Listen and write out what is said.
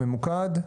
ממוקד.